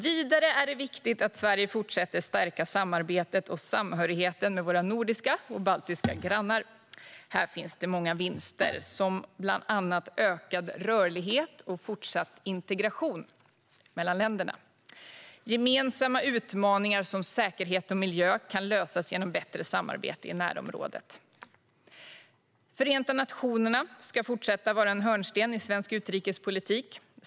Vidare är det viktigt att Sverige fortsätter att stärka samarbetet och samhörigheten med våra nordiska och baltiska grannar. Här finns många vinster, bland annat ökad rörlighet och fortsatt integration mellan länderna. Gemensamma utmaningar som säkerhet och miljö kan lösas genom bättre samarbete i närområdet. Förenta nationerna ska fortsätta vara en hörnsten i svensk utrikespolitik.